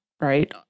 right